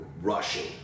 rushing